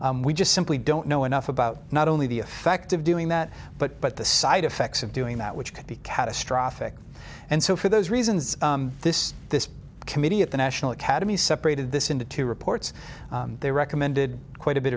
we just simply don't know enough about not only the effect of doing that but but the side effects of doing that which could be catastrophic and so for those reasons this this committee at the national academy separated this into two reports they recommended quite a bit